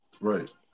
Right